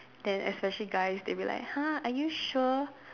then especially guys they'll be like !huh! are you sure